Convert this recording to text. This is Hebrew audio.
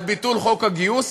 על ביטול חוק הגיוס,